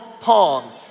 Pong